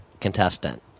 contestant